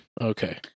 okay